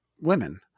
women